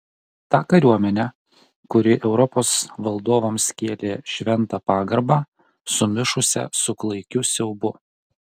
tą kariuomenę kuri europos valdovams kėlė šventą pagarbą sumišusią su klaikiu siaubu